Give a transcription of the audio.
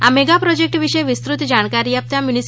આ mega project વિશે વિસ્તૃત જાણકારી આપતા મ્યુનિ